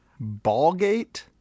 Ballgate